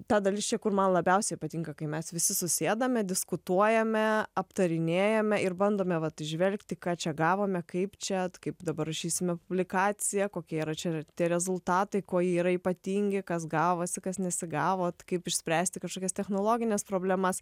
ta dalis čia kur man labiausiai patinka kai mes visi susėdame diskutuojame aptarinėjame ir bandome vat įžvelgti ką čia gavome kaip čia kaip dabar rašysime publikaciją kokia yra čia tie rezultatai kuo jie yra ypatingi kas gavosi kas nesigavo kaip išspręsti kažkokias technologines problemas